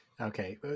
Okay